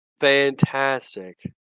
Fantastic